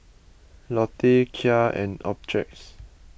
Lotte Kia and Optrex